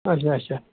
اَچھا اَچھا